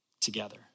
together